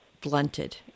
blunted